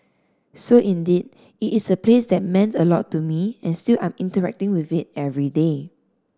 so indeed it is a place that meant a lot to me and still I'm interacting with it every day